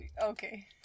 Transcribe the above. Okay